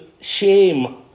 shame